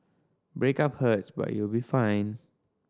breakup hurts but you'll be fine